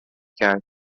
کرد